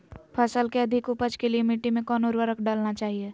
फसल के अधिक उपज के लिए मिट्टी मे कौन उर्वरक डलना चाइए?